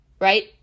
right